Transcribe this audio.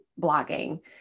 blogging